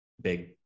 big